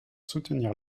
soutenir